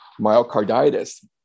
myocarditis